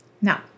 Now